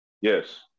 Yes